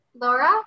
Laura